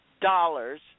dollars